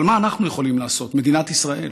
אבל מה אנחנו יכולים לעשות, מדינת ישראל?